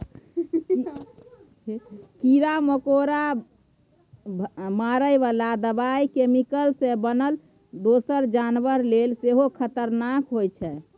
कीरा मकोरा मारय बला दबाइ कैमिकल सँ बनल दोसर जानबर लेल सेहो खतरनाक होइ छै